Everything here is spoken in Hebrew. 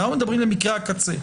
אנחנו מדברים על מקרי הקצה.